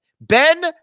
Ben